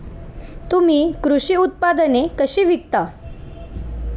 तुम्ही कृषी उत्पादने कशी विकता?